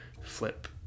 Flip